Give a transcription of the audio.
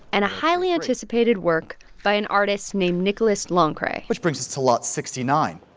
and a highly anticipated work by an artist named nicolas lancret which brings us to lot sixty nine,